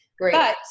Great